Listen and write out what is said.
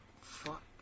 Fuck